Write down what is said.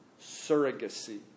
surrogacy